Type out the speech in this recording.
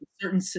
certain